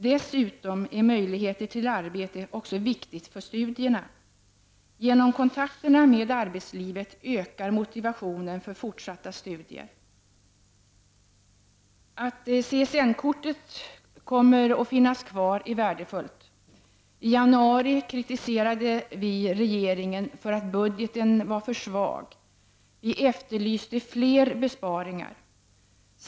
Dessutom är möjligheter till arbete också viktigt för studierna. Genom kontakterna med arbetslivet ökar motivationen för fortsatta studier. Att CSN-kortet kommer att finnas kvar är värdefullt. I januari kritiserade vi regeringen för att budgeten var för svag. Vi efterlyste fler besparingar.